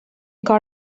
کار